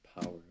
power